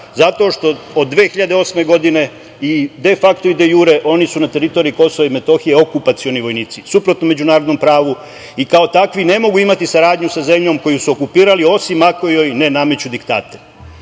Zato što od 2008. godine i de fakto i de jure oni su na teritoriji KiM okupacioni vojnici, suprotno međunarodnom pravu, i kao takvi ne mogu imati saradnju sa zemljom koju su okupirali, osim ako joj ne nameću diktate. Dakle,